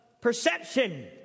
perception